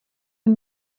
the